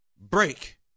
break